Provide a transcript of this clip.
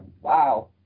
Wow